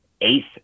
eighth